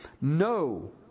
No